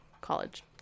college